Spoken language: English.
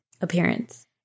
appearance